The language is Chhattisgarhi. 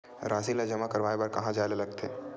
राशि ला जमा करवाय बर कहां जाए ला लगथे